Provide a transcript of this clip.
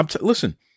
Listen